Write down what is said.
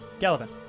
Gallivan